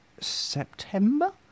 September